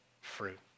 fruit